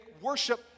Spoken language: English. worship